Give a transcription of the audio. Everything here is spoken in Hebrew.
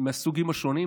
מהסוגים השונים,